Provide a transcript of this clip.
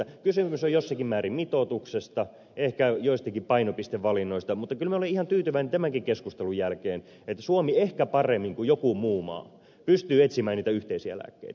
kysymys on jossakin määrin mitoituksesta ehkä joistakin painopistevalinnoista mutta kyllä minä olen ihan tyytyväinen tämänkin keskustelun jälkeen siihen että suomi ehkä paremmin kuin joku muu maa pystyy etsimään niitä yhteisiä lääkkeitä